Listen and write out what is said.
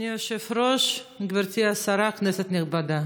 אדוני היושב-ראש, גברתי השרה, כנסת נכבדה,